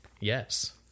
Yes